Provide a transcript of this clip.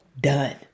done